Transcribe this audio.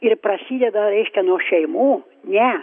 ir prasideda reiškia nuo šeimų ne